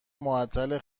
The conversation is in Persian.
معطل